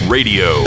Radio